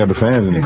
and fans in the